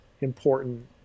important